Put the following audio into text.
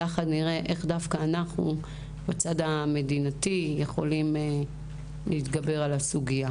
יחד נראה איך אנחנו מצד המדינה יכולים להתגבר על הסוגיה.